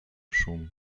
szum